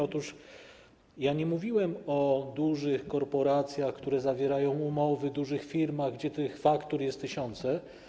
Otóż ja nie mówiłem o dużych korporacjach, które zawierają umowy, dużych firmach, gdzie tych faktur są tysiące.